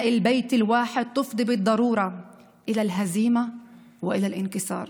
להתעלות מעל לזוטות, לאופורטוניזם ולפירוד.